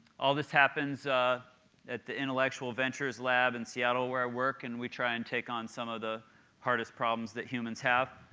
all this happens at the intellectual ventures lab in and seattle where i work and we try and take on some of the hardest problems that humans have.